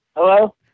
Hello